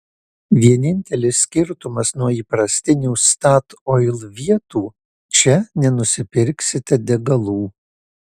vienintelis skirtumas nuo įprastinių statoil vietų čia nenusipirksite degalų